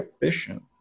efficient